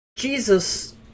Jesus